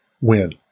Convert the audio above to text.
win